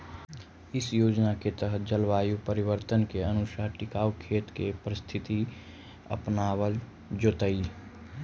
इ योजना के तहत जलवायु परिवर्तन के अनुसार टिकाऊ खेत के पद्धति अपनावल जैतई